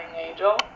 Angel